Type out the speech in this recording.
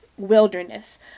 wilderness